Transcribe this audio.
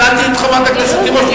שאלתי את חברת הכנסת תירוש.